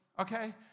okay